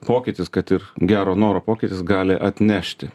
pokytis kad ir gero noro pokytis gali atnešti